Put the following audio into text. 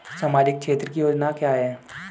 सामाजिक क्षेत्र की योजना क्या है?